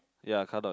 ya car door is